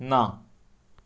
ना